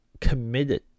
committed